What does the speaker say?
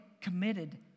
committed